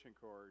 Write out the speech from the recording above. card